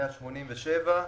187,